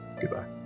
Goodbye